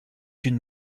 une